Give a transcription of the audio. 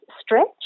stretch